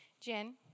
Jen